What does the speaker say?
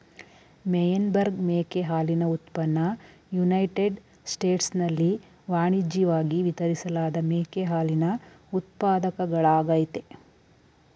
Meyenberg ಮೇಕೆ ಹಾಲಿನ ಉತ್ಪನ್ನ ಯುನೈಟೆಡ್ ಸ್ಟೇಟ್ಸ್ನಲ್ಲಿ ವಾಣಿಜ್ಯಿವಾಗಿ ವಿತರಿಸಲಾದ ಮೇಕೆ ಹಾಲಿನ ಉತ್ಪಾದಕಗಳಾಗಯ್ತೆ